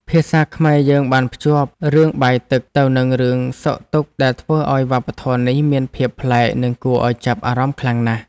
ភាសាខ្មែរយើងបានភ្ជាប់រឿងបាយទឹកទៅនឹងរឿងសុខទុក្ខដែលធ្វើឱ្យវប្បធម៌នេះមានភាពប្លែកនិងគួរឱ្យចាប់អារម្មណ៍ខ្លាំងណាស់។